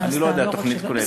אני לא יודע על תוכנית כוללת,